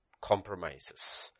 compromises